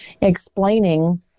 explaining